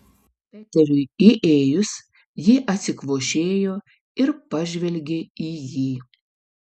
peteriui įėjus ji atsikvošėjo ir pažvelgė į jį